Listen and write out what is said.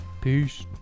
Peace